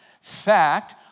Fact